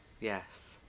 Yes